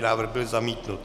Návrh byl zamítnut.